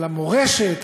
על המורשת,